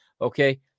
okay